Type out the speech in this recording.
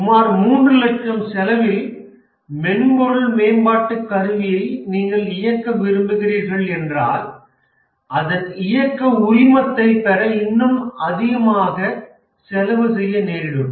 சுமார் 300000 செலவில் மென்பொருள் மேம்பாட்டு கருவியை நீங்கள் இயக்க விரும்புகிறீர்கள் என்றால் அதன் இயக்க உரிமத்தை பெற இன்னும் அதிகமாக செலவு செய்ய நேரிடும்